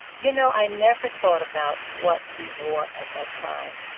you know, i never thought about what we wore at that time.